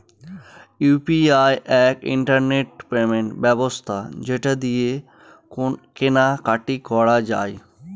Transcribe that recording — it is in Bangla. ইউ.পি.আই এক ইন্টারনেট পেমেন্ট ব্যবস্থা যেটা দিয়ে কেনা কাটি করা যায়